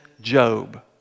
Job